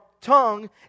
tongue